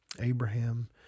Abraham